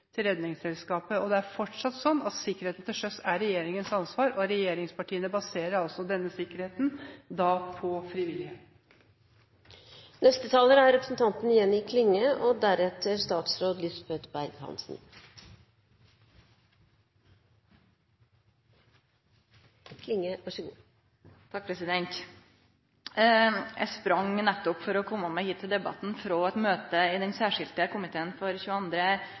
til Redningsselskapet. Det er fortsatt slik at sikkerheten til sjøs er regjeringens ansvar, og regjeringspartiene baserer denne sikkerheten på frivillighet. Eg sprang nettopp for å kome meg hit til debatten frå eit møte i den særskilde komiteen for 22. juli og tenkte på vegen at dette speglar eigentleg det store spennet i